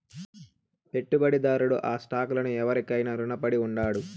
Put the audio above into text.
పెట్టుబడిదారుడు ఆ స్టాక్ లను ఎవురికైనా రునపడి ఉండాడు